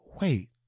Wait